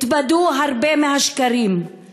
התבדו הרבה מהשקרים,